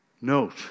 note